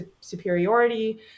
superiority